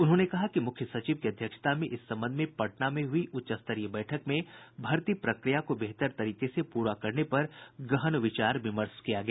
उन्होंने कहा कि मुख्य सचिव की अध्यक्षता में इस संबंध में पटना में हुई उच्चस्तरीय बैठक में भर्ती प्रक्रिया को बेहतर तरीके से पूरा करने पर गहन विचार विमर्श किया गया